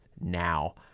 now